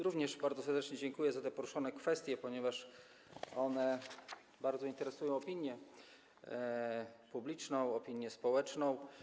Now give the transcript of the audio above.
Również bardzo serdecznie dziękuję za poruszenie tych kwestii, ponieważ one bardzo interesują opinię publiczną, opinię społeczną.